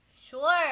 Sure